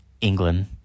England